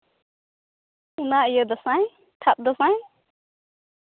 ᱚᱱᱟ ᱤᱭᱟᱹ ᱫᱟᱸᱥᱟᱭ ᱪᱷᱟᱯ ᱫᱟᱸᱥᱟᱭ